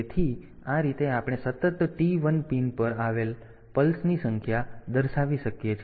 તેથી આ રીતે આપણે સતત T 1 પિન પર આવેલા પલ્સની સંખ્યા દર્શાવી શકીએ છીએ